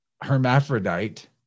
hermaphrodite